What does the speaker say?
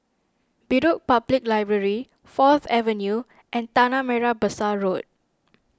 Bedok Public Library Fourth Avenue and Tanah Merah Besar Road